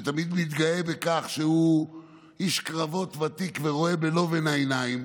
שתמיד מתגאה בכך שהוא איש קרבות ותיק ורואה בלובן העיניים.